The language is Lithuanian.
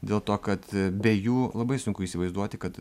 dėl to kad be jų labai sunku įsivaizduoti kad